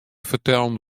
fertellen